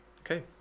Okay